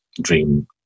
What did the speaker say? dream